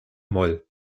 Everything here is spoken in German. moll